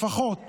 לפחות